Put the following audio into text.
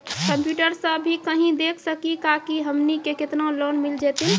Computer सा भी कही देख सकी का की हमनी के केतना लोन मिल जैतिन?